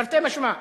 תרתי משמע.